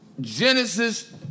Genesis